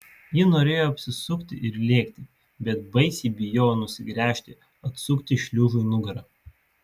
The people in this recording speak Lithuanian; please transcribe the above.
ji norėjo apsisukti ir lėkti bet baisiai bijojo nusigręžti atsukti šliužui nugarą